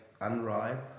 unripe